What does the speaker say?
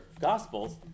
Gospels